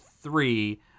three